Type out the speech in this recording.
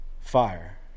fire